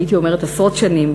הייתי אומרת עשרות שנים,